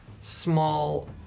small